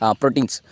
proteins